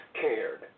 cared